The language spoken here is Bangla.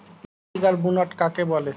মৃত্তিকার বুনট কাকে বলে?